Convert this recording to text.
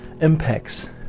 impacts